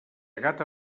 gata